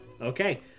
Okay